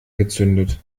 gezündet